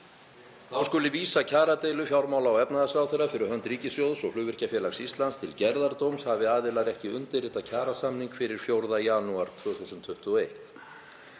Þá skuli vísa kjaradeilu fjármála- og efnahagsráðherra fyrir hönd ríkissjóðs og Flugvirkjafélags Íslands til gerðardóms hafi aðilar ekki undirritað kjarasamning fyrir 4. janúar 2021.